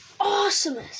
awesomest